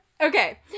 Okay